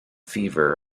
fever